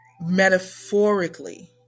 metaphorically